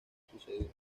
sucedido